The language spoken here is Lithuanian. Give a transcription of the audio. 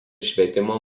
švietimo